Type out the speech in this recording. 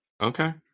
Okay